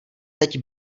teď